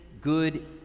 good